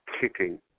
kicking